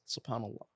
subhanAllah